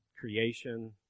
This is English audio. Creation